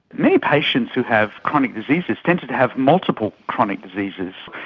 many patients who have chronic diseases tend to to have multiple chronic diseases.